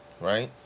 right